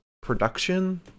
production